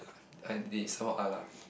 I did some more lah